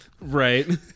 Right